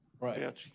Right